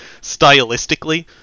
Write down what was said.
stylistically